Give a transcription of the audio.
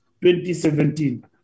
2017